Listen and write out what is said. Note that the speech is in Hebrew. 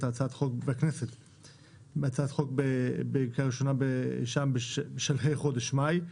הצעת החוק בקריאה ראשונה בשלהי חודש מאי.